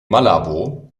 malabo